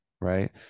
right